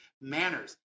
manners